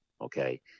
Okay